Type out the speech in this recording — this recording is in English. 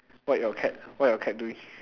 what your cat what your cat doing